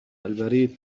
البريد